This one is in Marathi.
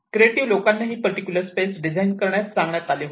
क्रिएटिंव लोकांना ही पर्टिक्युलर स्पेस डिझाईन करण्यास सांगण्यात आले होते